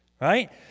Right